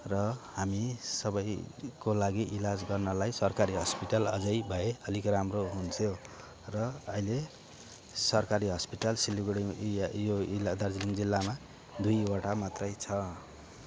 र हामी सबैको लागि इलाज गर्नलाई सरकारी हस्पिटल अझै भए अलिक राम्रो हुन्थ्यो र अहिले सरकारी हस्पिटल सिलगढी इ यो इला दार्जिलिङ जिल्लामा दुईवटा मात्रै छ